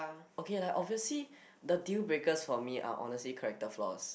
okay lah obviously the deal breaker for me are honestly character flaws